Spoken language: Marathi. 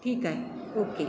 ठीक आहे ओके